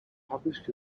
published